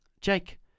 Jake